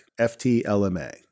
FT-LMA